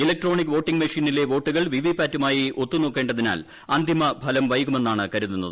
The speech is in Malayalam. ഇലക്ട്രോണിക് വോട്ടിംഗ് മെഷീനിലെ വോട്ടുകൾ വിവി പാറ്റുമായി ഒത്തുനോക്കേണ്ടതിനാൽ അന്തിമഫലം വൈകുമെന്നാണ് കരുതുന്നത്